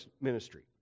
ministry